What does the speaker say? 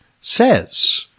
says